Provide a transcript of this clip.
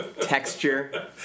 Texture